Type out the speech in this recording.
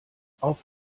auf